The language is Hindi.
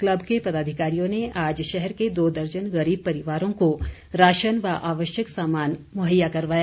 कल्ब के पदाधिकारियों ने आज शहर के दो दर्जन गरीब परिवारों को राशन व आवश्यक सामान मुहैया करवाया